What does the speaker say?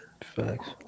Facts